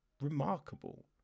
remarkable